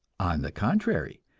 on the contrary,